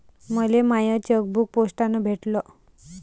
मले माय चेकबुक पोस्टानं भेटल